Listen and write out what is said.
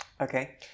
Okay